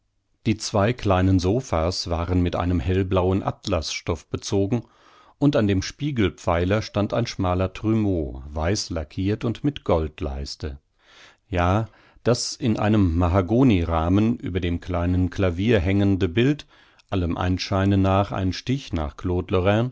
die zwei kleinen sophas waren mit einem hellblauen atlasstoff bezogen und an dem spiegelpfeiler stand ein schmaler trumeau weißlackirt und mit goldleiste ja das in einem mahagoni rahmen über dem kleinen klavier hängende bild allem anscheine nach ein stich nach